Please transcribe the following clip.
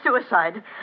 suicide